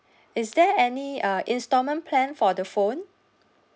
is there any uh instalment plan for the phone